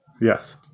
Yes